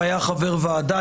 שהיה חבר ועדה,